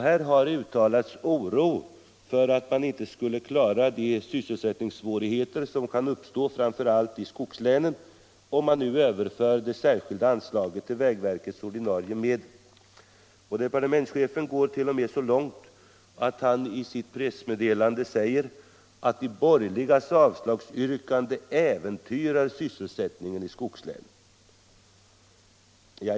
Här har uttalats oro för att man inte skulle klara de sysselsättningssvårigheter som kan uppstå framför allt i skogslänen, om man nu överför det särskilda anslaget till vägverkets ordinarie medel. Departementschefen gårt.o.m. så långt att han i sitt pressmeddelande säger, att de borgerligas avstyrkande äventyrar sysselsättningen i skogslänen.